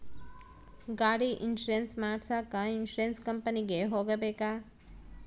ಗಾಡಿ ಇನ್ಸುರೆನ್ಸ್ ಮಾಡಸಾಕ ಇನ್ಸುರೆನ್ಸ್ ಕಂಪನಿಗೆ ಹೋಗಬೇಕಾ?